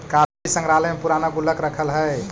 काफी संग्रहालय में पूराना गुल्लक रखल हइ